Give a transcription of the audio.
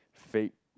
fake